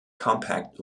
compact